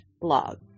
blog